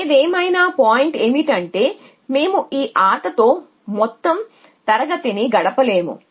ఏదేమైనా పాయింట్ ఏమిటంటే మేము ఈ ఆటతో మొత్తం తరగతిని గడపలేము